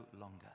longer